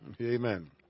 Amen